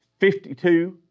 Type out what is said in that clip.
52